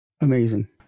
Amazing